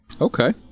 okay